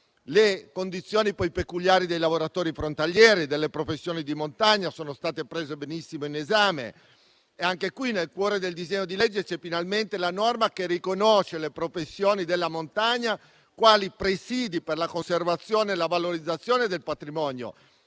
Le condizioni peculiari dei lavoratori frontalieri e delle professioni di montagna sono state prese in esame benissimo. Nel cuore del disegno di legge c'è finalmente la norma che riconosce le professioni della montagna quali presìdi per la conservazione e la valorizzazione del patrimonio